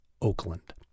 Oakland